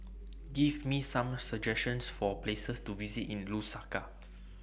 Give Me Some suggestions For Places to visit in Lusaka